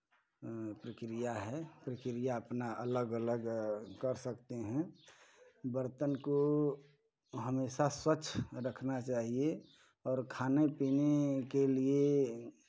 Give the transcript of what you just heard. प्रक्रिया है प्रक्रिया अपना अलग अलग कर सकते हैं बर्तन को हमेशा स्वच्छ रखना चाहिये और खाने पीने के लिये